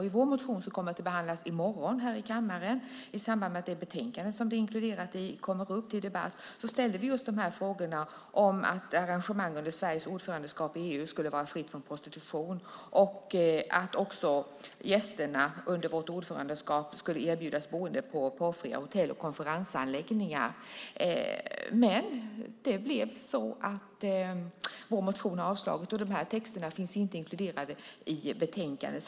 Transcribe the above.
I vår motion, som kommer att behandlas i morgon här i kammaren i samband med att det betänkande som det är inkluderat i kommer upp till debatt, ställde vi just de här frågorna om att arrangemang under Sveriges ordförandeskap i EU skulle vara fria från prostitution och att gästerna under vårt ordförandeskap skulle erbjudas boende på porrfria hotell och konferensanläggningar. Men vår motion avstyrks, och de här texterna finns inte inkluderade i betänkandet.